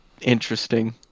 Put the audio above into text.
interesting